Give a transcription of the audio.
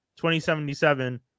2077